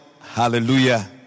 Hallelujah